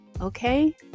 Okay